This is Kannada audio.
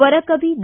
ವರಕವಿ ದ